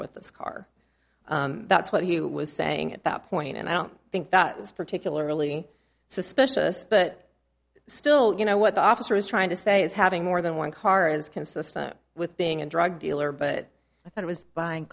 with the scar that's what he was saying at that point and i don't think that was particularly suspicious but still you know what the officer is trying to say is having more than one car is consistent with being a drug dealer but i thought i was buying